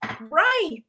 Right